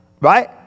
right